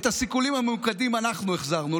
את הסיכולים הממוקדים אנחנו החזרנו,